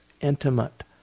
intimate